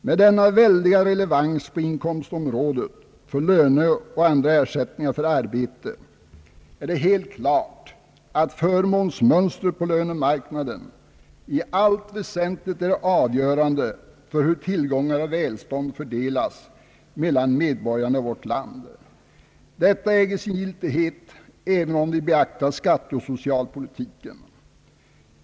Med denna väldiga dominans på inkomstområdet för löner och andra ersättningar för arbete är det alldeles klart att förmånsmönstret på lönemarknaden i allt väsentligt är avgörande för hur tillgångar och välstånd fördelas mellan medborgarna i vårt land. Detta äger sin giltighet, även om vi beaktar skatteoch socialpolitiken.